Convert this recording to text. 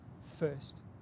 first